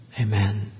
Amen